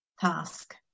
task